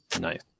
Nice